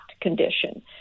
condition